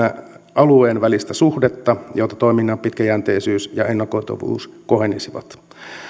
alueen välistä suhdetta jotta toiminnan pitkäjänteisyys ja ennakoitavuus kohenisivat